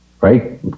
right